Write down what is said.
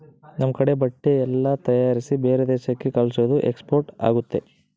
ನಮ್ ಕಡೆ ಬಟ್ಟೆ ಎಲ್ಲ ತಯಾರಿಸಿ ಬೇರೆ ದೇಶಕ್ಕೆ ಕಲ್ಸೋದು ಎಕ್ಸ್ಪೋರ್ಟ್ ಆಗುತ್ತೆ